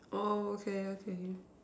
oh okay okay